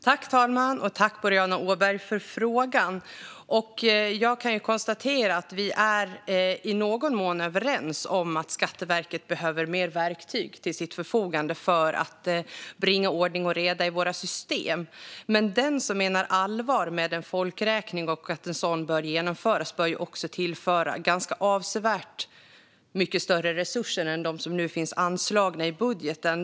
Fru talman! Tack för frågan, Boriana Åberg! Vi är i någon mån överens om att Skatteverket behöver ha mer verktyg till sitt förfogande för att bringa ordning och reda i våra system. Men den som menar allvar med en folkräkning och att en sådan bör genomföras bör också tillföra avsevärt större resurser än de som nu finns anslagna i budgeten.